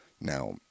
now